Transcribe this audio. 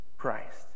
Christ